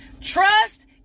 Trust